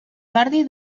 jordi